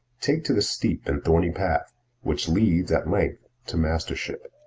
take to the steep and thorny path which leads at length to mastership.